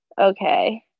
okay